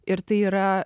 ir tai yra